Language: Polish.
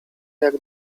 jak